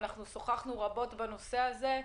ושוחחנו רבות על הנושא הזה,